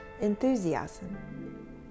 enthusiasm